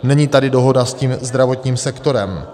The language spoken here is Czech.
Není tady dohoda s tím zdravotním sektorem.